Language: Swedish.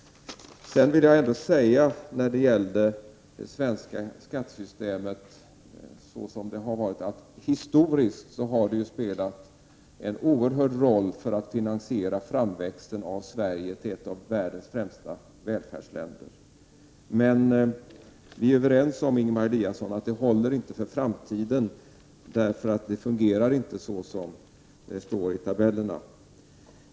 Det svenska skattesystemet har, såsom det har varit, historiskt spelat en oerhört stor roll för att finansiera framväxten av Sverige till ett av världens främsta välfärdsländer. Men vi är överens, Ingemar Eliasson, om att det inte håller för framtiden, därför att det inte fungerar så som det står i tabellerna.